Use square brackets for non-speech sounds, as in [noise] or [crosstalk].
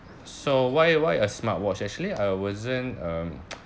so why why a smartwatch actually I wasn't um [noise]